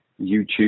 YouTube